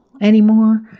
anymore